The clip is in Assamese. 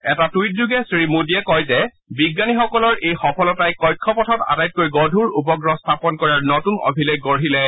এটা টুইটযোগে শ্ৰী মোদীয়ে কয় যে বিজ্ঞানীসকলৰ এই সফলতাই কক্ষপথত আটাইতকৈ গধূৰ উপগ্ৰহ স্থাপন কৰাৰ নতুন অভিলেখ গঢ়িলে